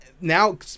now